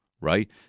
right